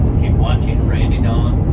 keep watching randy, dawn,